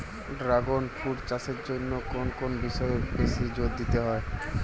Dragon fruit চাষের জন্য কোন কোন বিষয়ে বেশি জোর দিতে হয়?